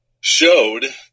showed